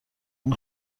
اون